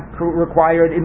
required